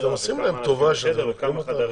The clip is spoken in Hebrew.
אתם עושים להן טובה שאתם לוקחים אותן?